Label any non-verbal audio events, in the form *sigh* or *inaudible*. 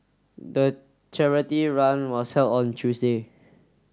*noise* the charity run was held on Tuesday